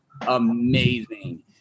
amazing